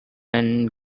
and